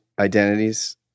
identities